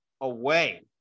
away